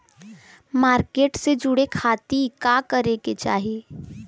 Market से जुड़े खाती का करे के चाही?